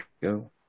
go